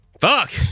Fuck